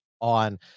on